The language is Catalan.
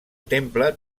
temple